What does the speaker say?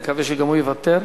אני מקווה שגם הוא יוותר.